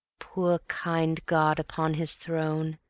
poor kind god upon his throne,